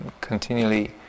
continually